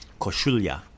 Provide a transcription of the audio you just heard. Koshulia